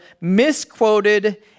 Misquoted